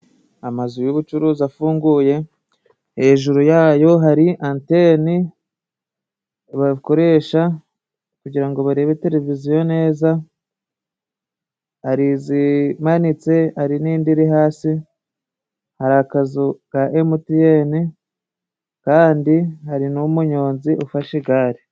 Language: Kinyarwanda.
Amazu y'ubucuruzi afunguye, hejuru yayo hari antene bakoresha kugira ngo barebe televiziyo neza, hari izimanitse hari n'indi iri hasi, hari akazu ka emuti ene kandi hari n'umunyonzi ufashe igare.